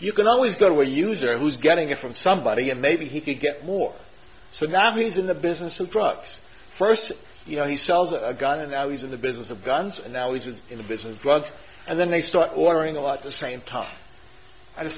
you can always go where user who's getting it from somebody and maybe he could get more so now he's in the business of drugs first you know he sells a gun and now he's in the business of guns and now he's in the business of drugs and then they start ordering a lot the same time